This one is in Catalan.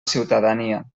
ciutadania